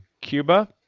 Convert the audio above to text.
cuba